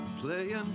Playing